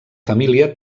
família